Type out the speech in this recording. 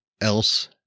else